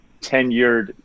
tenured